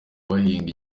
bahinga